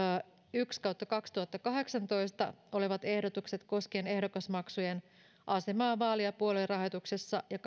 yksi kautta kaksituhattakahdeksantoista olevat ehdotukset koskien ehdokasmaksujen asemaa vaali ja puoluerahoituksessa ja